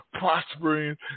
prospering